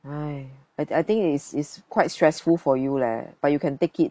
!aiya! I thin~ I think is is quite stressful for you leh but you can take it